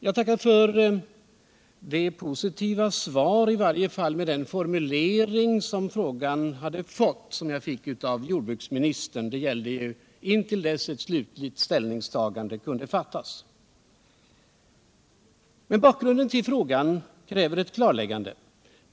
Jag tackar för det positiva svar som jag fick av jordbruksministern — i varje fall med den formulering som frågan hade fått. Det gällde förhållandena intill dess ett slutligt ställningstagande kunde göras. Men bakgrunden till frågan kräver ett klarläggande.